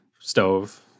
stove